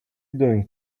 doing